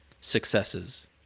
successes